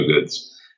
goods